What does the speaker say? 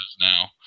now